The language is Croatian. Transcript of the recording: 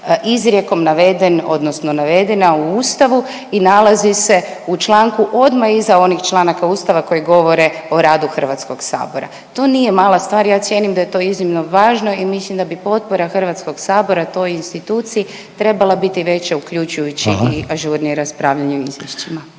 izrijekom naveden odnosno navedena u Ustavu i nalazi se u članku odmah iza onih članaka Ustava koji govore o radu HS-a. To nije mala stvar, ja cijenim da je to iznimno važno i mislim da bi potpora HS-a toj instituciji trebala biti veća uključujući i …/Upadica Reiner: Hvala./… ažurnije raspravljanje o izvješćima.